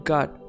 God